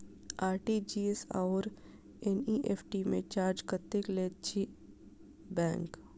RTGS आओर NEFT मे charge कतेक लैत अछि बैंक?